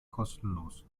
kostenlos